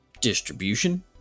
distribution